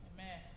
Amen